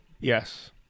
yes